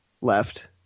left